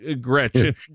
Gretchen